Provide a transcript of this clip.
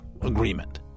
agreement